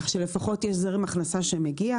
כך שלפחות יש זרם הכנסה שמגיע.